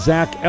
Zach